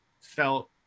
felt